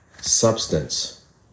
Substance